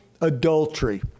adultery